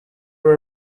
were